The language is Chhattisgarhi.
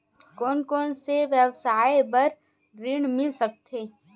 कोन कोन से व्यवसाय बर ऋण मिल सकथे?